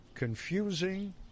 confusing